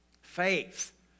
Faith